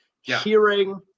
hearing